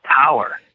power